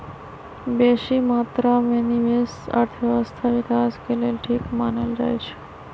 बेशी मत्रा में निवेश अर्थव्यवस्था विकास के लेल ठीक मानल जाइ छइ